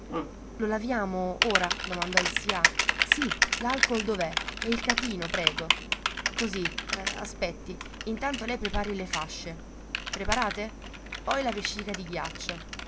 lo laviamo ora domandò il sià sì l'alcool dov'è e il catino prego così aspetti intanto lei prepari le fasce preparate poi la vescica di ghiaccio